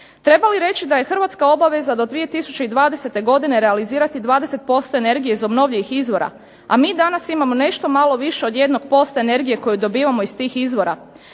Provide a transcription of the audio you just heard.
Treba li reći da je Hrvatska obaveza do 2020. godine realizirati 20% energije iz obnovljivih izvora a mi danas imamo nešto više od 1% energije koju dobivamo iz tih izvora.